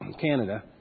Canada